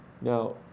Now